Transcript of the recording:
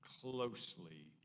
closely